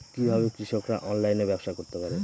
কিভাবে কৃষকরা অনলাইনে ব্যবসা করতে পারে?